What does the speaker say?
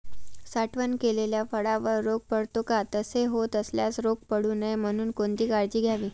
साठवण केलेल्या फळावर रोग पडतो का? तसे होत असल्यास रोग पडू नये म्हणून कोणती काळजी घ्यावी?